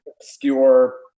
obscure